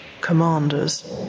commanders